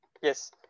Yes